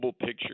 picture